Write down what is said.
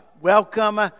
Welcome